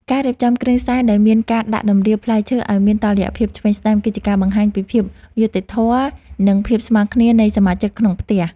ការរៀបចំគ្រឿងសែនដោយមានការដាក់តម្រៀបផ្លែឈើឱ្យមានតុល្យភាពឆ្វេងស្ដាំគឺជាការបង្ហាញពីភាពយុត្តិធម៌ និង ភាពស្មើគ្នានៃសមាជិកក្នុងផ្ទះ។